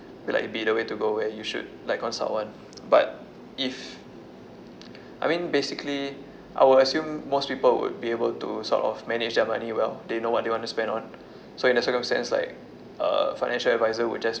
like be the way to go where you should like consult one but if I mean basically I would assume most people would be able to sort of manage their money well they know what they want to spend on so in the circumstance like a financial advisor would just